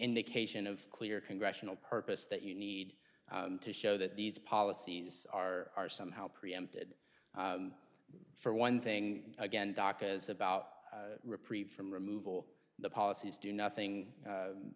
indication of clear congressional purpose that you need to show that these policies are somehow preempted for one thing again doc is about reprieve from removal the policies do nothing